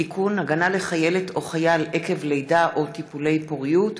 (תיקון) (הגנה לחיילת או חייל עקב לידה או טיפולי פוריות),